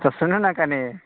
तऽ सुनू ने कनी